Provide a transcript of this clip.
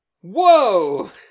Whoa